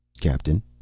Captain